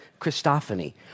Christophany